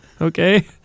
Okay